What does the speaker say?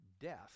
death